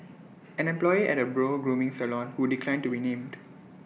an employee at A brow grooming salon who declined to be named